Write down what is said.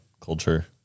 culture